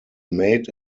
made